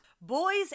Boys